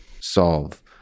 solve